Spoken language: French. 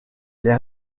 les